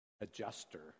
adjuster